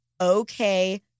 okay